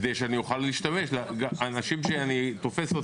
כדי שאני אוכל להשתמש בו נגד אנשים שאני תופס אותם.